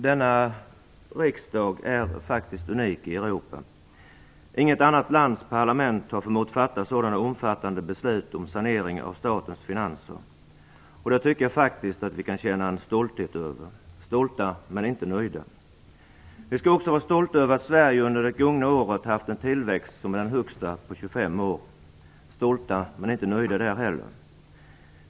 Herr talman! Denna riksdag är faktiskt unik i Europa. Inget annat lands parlament har förmått fatta sådana omfattande beslut om sanering av statens finanser. Det tycker jag faktiskt att vi kan känna en stolthet över. Vi kan vara stolta, men inte nöjda. Vi skall också vara stolta över att Sverige under det gångna året haft en tillväxt som är den högsta på 25 år. Vi kan vara stolta, men inte nöjda där heller.